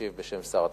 משיב בשם שר התחבורה: